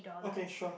okay sure